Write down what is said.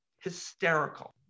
hysterical